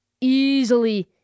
easily